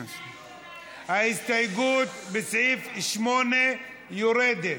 לסעיף 8 יורדת.